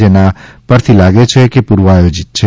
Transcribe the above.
જેના પરથીલાગે છે કે પૂર્વ આયોજિત છે